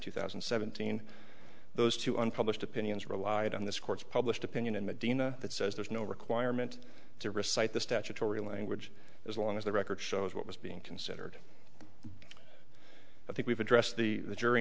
two thousand and seventeen those two unpublished opinions relied on this court's published opinion in medina that says there's no requirement to recite the statutory language as long as the record shows what was being considered i think we've addressed the